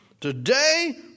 Today